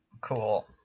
Cool